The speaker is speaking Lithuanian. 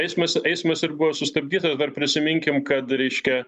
eismas eismas ir buvo sustabdytas dar prisiminkime kad reiškia